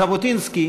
ז'בוטינסקי